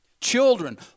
Children